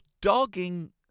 dogging